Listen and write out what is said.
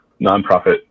nonprofit